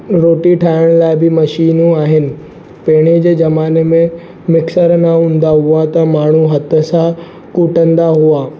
रोटी ठाहिण लाइ बि मशीनियूं आहिनि पहिरें जे ज़माने में मिक्सर न हूंदा हुआ त माण्हू हथ सां कूटंदा हुआ